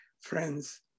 friends